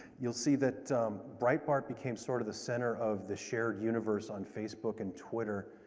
you will see that breitbart became sort of the center of the shared universe on facebook and twitter,